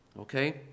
okay